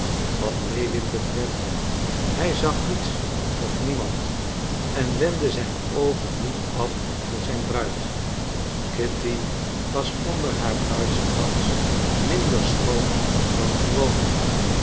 wat lewin betreft hij zag niets of niemand en wendde zijn oogen niet af van zijn bruid kitty was onder haar bruidskrans minder schoon dan gewoonlijk